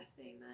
Amen